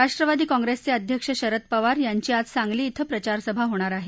राष्ट्रवादी काँप्रेसचे अध्यक्ष शरद पवार यांचीही आज सांगली छिं प्रचारसभा होणार आहे